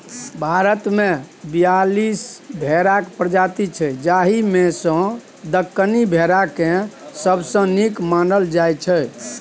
भारतमे बीयालीस भेराक प्रजाति छै जाहि मे सँ दक्कनी भेराकेँ सबसँ नीक मानल जाइ छै